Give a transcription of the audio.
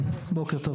כן, בוקר טוב.